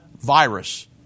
virus